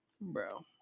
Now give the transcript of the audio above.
Bro